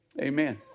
Amen